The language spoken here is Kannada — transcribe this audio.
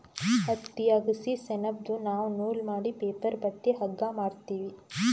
ಹತ್ತಿ ಅಗಸಿ ಸೆಣಬ್ದು ನಾವ್ ನೂಲ್ ಮಾಡಿ ಪೇಪರ್ ಬಟ್ಟಿ ಹಗ್ಗಾ ಮಾಡ್ತೀವಿ